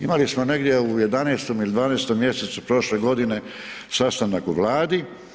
Imali smo negdje u 11. ili 12. mjesecu prošle godine sastanak u Vladi.